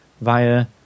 via